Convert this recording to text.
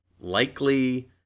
likely